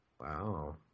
Wow